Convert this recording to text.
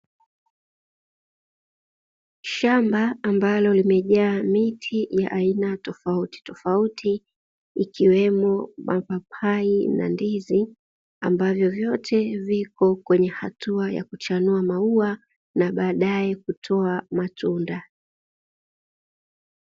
Shamba ambalo limejaa miti ya aina tofautitofauti, ikiwemo mapapai na ndizi ambavyo vyote viko kwenye hatua ya kichanua maua, na baadae kutoa matunda.